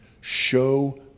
show